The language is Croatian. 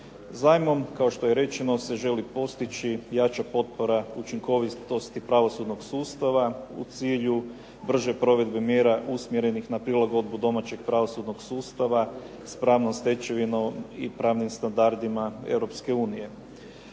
Zajmom, kao što je rečeno, se želi postići jača potpora učinkovitosti pravosudnog sustava u cilju brže provedbe mjera usmjerenih na prilagodbu domaćeg pravosudnog sustava s pravnom stečevinom i pravnim standardima